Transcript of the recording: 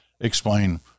explain